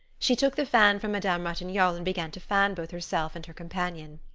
she took the fan from madame ratignolle and began to fan both herself and her companion.